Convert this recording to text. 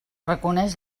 reconeix